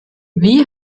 wie